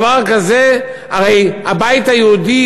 על דבר כזה הרי הבית היהודי,